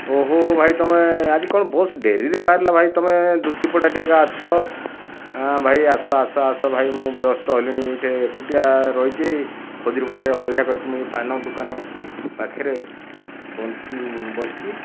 ଓହୋଃ ଭାଇ ତୁମେ ଆଜି କଣ ବସ ଡେରିରେ ବାହାରିଲା ଭାଇ ତୁମେ ଦୁତିପଦାଠି ଏକା ଅଛ ହଁ ଭାଇ ଆସ ଆସ ଆସ ଭାଇ ମୁଁ ବ୍ୟସ୍ତ ହେଲିଣି ଏଇଠି ଏକୁଟିଆ ରହିଛି ଖଜୁରପଡ଼ାରେ ଅପେକ୍ଷା କରିଛି ମୁଇଁ ପାନ ଦୁକାନ ପାଖରେ ବସିଛି